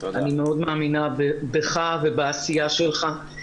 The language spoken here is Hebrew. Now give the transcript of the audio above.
אני מאוד מאמינה בך ובעשייה שלך.